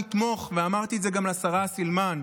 אמרתי את זה גם לשרה סילמן: